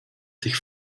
tych